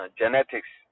genetics